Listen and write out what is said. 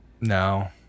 no